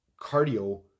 cardio